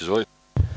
Izvolite.